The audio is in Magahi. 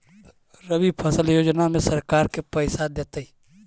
रबि फसल योजना में सरकार के पैसा देतै?